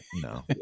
No